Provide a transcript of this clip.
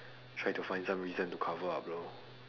try to find some reason to cover up lor